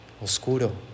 oscuro